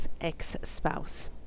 ex-spouse